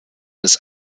des